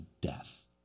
death